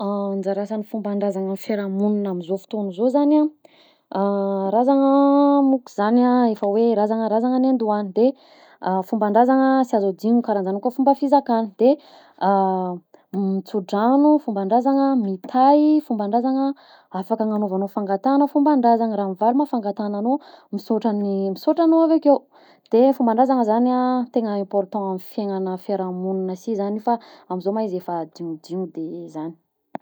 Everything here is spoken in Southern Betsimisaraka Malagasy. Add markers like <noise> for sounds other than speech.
Anjara asan'ny fomban-drazana amin'ny fiarahamognina amzao fotoagna zao zany a <hesitation> razana monko zany a, efa hoe razana razana niandohana, de fomban-drazana sy azo adino karaha zany koa fomba fizakana de <hesitation> mitso-drano fomban-drazana, mitahy fomban-drazana, afaka agnanaovanao fangatahana fomban-drazana, raha mivaly moa fangatahagnanao, misaotra ny misaotra anao avakeo de ny fomban-drazana zany a tegna important amin'ny fiaignagna amin' ny fiarahamognina si zany fa amzao moa izy efa adignodigno de zany.